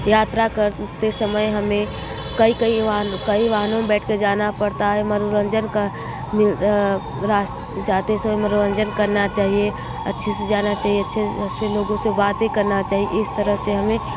यात्रा करते समय हमें कई कई वाहन कई वाहन में बैठ कर जाना पड़ता है मनोरंजन का जाते समय मनोरंजन करना चाहिए अच्छे से जाना चाहिए अच्छे से लोगों से बातें करना चाहिए इस तरह से हमें